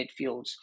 midfields